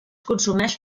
consumeix